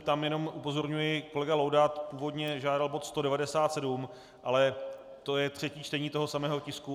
Tam jenom upozorňuji, kolega Laudát původně žádal bod 197, ale to je třetí čtení toho samého tisku.